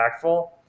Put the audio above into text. impactful